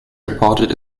reported